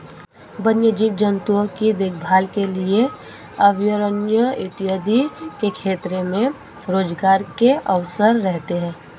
वन्य जीव जंतुओं की देखभाल के लिए अभयारण्य इत्यादि के क्षेत्र में रोजगार के अवसर रहते हैं